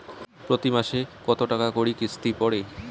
প্রতি মাসে কতো টাকা করি কিস্তি পরে?